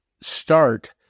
start